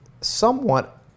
somewhat